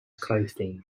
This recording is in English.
clothing